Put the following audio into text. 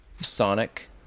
Sonic